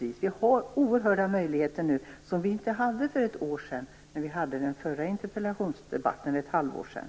Vi har oerhörda möjligheter nu som inte fanns för ett halvår sedan när vi hade den förra interpellationsdebatten.